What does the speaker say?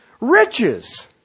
riches